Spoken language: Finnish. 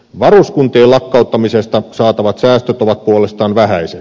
varuskuntien lakkauttamisesta saatavat säästöt ovat puolestaan vähäiset